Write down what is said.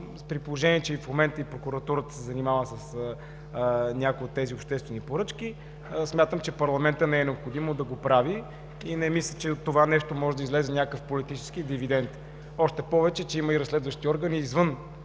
при положение че в момента и прокуратурата се занимава с някои от тези обществени поръчки, смятам, че парламентът не е необходимо да го прави и не мисля, че от това нещо може да излезе някакъв политически дивидент. Още повече че има и разследващи органи извън